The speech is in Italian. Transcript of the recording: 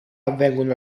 avvengono